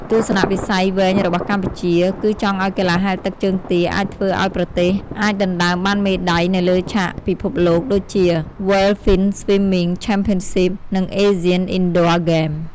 ទស្សនវិស័យវែងរបស់កម្ពុជា គឺចង់ឲ្យកីឡាហែលទឹកជើងទាអាចធ្វើឲ្យប្រទេសអាចដណ្តើមបានមេដាយនៅលើឆាកពិភពលោក ដូចជា World Finswimming Championship និង Asian Indoor Games។